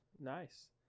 nice